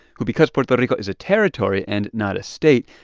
who, because puerto rico is a territory and not a state,